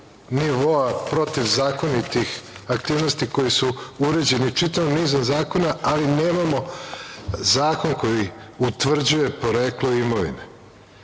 nivoa protivzakonitih aktivnosti koji su uređeni čitavim nizom zakona, ali nemamo zakon koji utvrđuje poreklo imovine